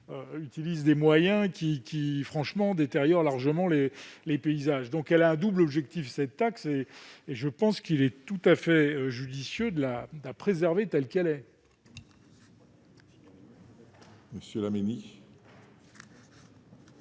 utilisent des moyens qui, qui franchement détériore largement les les paysages, donc elle a un double objectif : cette taxe et et je pense qu'il est tout à fait judicieux de la préserver, telle qu'elle est. Monsieur le